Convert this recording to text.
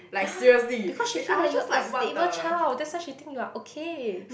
ya because she feel like you are stable child that's why she think you are okay